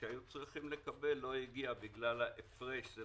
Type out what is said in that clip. שהיו צריכים לקבל לא הגיע בגלל ההפרש דרך אגב,